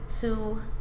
two